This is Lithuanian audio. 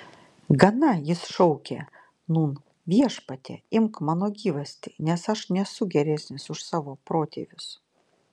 gana jis šaukė nūn viešpatie imk mano gyvastį nes aš nesu geresnis už savo protėvius